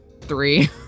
Three